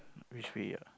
which way ah